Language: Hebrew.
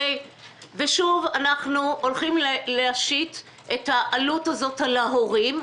שוב אנחנו הולכים להשית את העלות הזאת על ההורים,